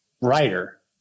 writer